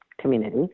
community